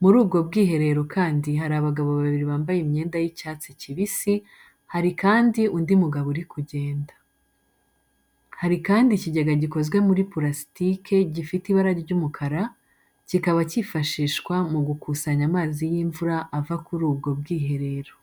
Muri ubwo bwiherero kandi hari abagabo babili bambaye imyenda y'icyatsi kibisi, hari kandi undi mugabo uri kugenda. Hari kandi ikigega gikozwe muri pulasike gifite ibara ry'umukara, kikaba kifashishwa mu gukusanya amazi y'imvura ava kuri ubwo bwiherero.